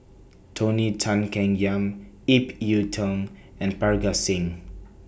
Tony Tan Keng Yam Ip Yiu Tung and Parga Singh